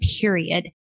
Period